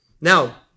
Now